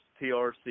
TRC